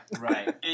right